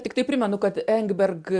tiktai primenu kad engberk